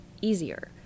easier